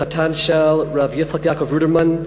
החתן של הרב יצחק יעקב רודרמן,